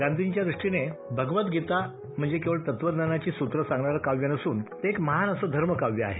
गांधींजींच्या दुष्टीने भगवत गीता म्हणजे केवळ तत्वज्ञानाची सूत्रं सांगणारं काव्य नसून ते एक महान असं धर्मकाव्य आहे